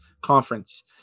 conference